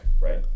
right